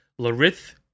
Larith